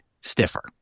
stiffer